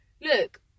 look